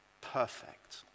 perfect